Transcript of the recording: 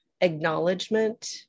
acknowledgement